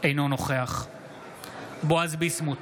אינו נוכח בועז ביסמוט,